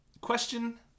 Question